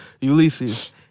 Ulysses